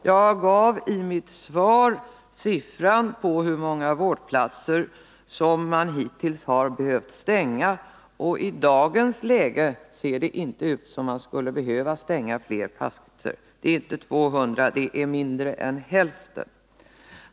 Jag gav i mitt svar siffran på hur många vårdplatser som man hittills har behövt stänga. I dagens läge ser det inte ut som om man skulle behöva stänga fler platser. Det är inte 200 platser, det är mindre än hälften.